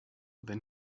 than